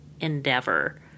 endeavor